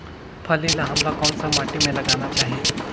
फल्ली ल हमला कौन सा माटी मे लगाना चाही?